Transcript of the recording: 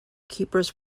keepers